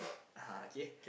ah okay